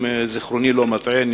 אם זיכרוני לא מטעני,